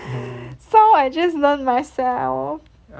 so I just learned myself